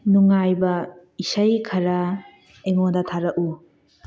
ꯅꯨꯡꯉꯥꯏꯕ ꯏꯁꯩ ꯈꯔ ꯑꯩꯉꯣꯅꯗ ꯊꯥꯔꯛꯎ